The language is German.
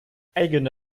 eigene